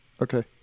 Okay